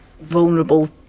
vulnerable